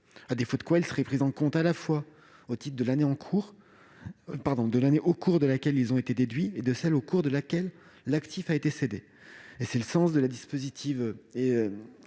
à défaut de quoi ils seraient pris en compte, à la fois, au titre de l'année au cours de laquelle ils ont été déduits et de celle au cours de laquelle l'actif a été cédé. Tel est le sens du dispositif